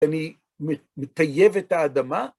‫אני מטייב את האדמה.